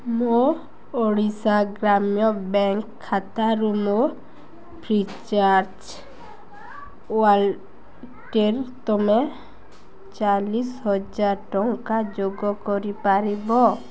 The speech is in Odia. ମୋ ଓଡ଼ିଶା ଗ୍ରାମ୍ୟ ବ୍ୟାଙ୍କ୍ ଖାତାରୁ ମୋ ଫ୍ରି ଚାର୍ଜ୍ ୱାଲେଟରେ ତୁମେ ଚାଳିଶହଜାର ଟଙ୍କା ଯୋଗ କରିପାରିବ